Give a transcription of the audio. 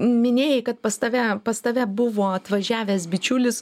minėjai kad pas tave pas tave buvo atvažiavęs bičiulis